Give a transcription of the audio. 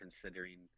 considering